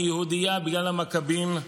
אני יהודייה בגלל המכבים.